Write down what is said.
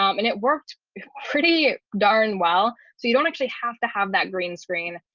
um and it worked pretty darn well. so you don't actually have to have that green screen.